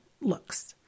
looks